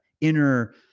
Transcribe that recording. inner